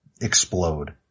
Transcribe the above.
explode